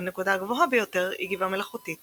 והנקודה הגבוהה ביותר היא גבעה מלאכותית